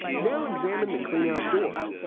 now examine the cleanout door.